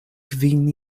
kvin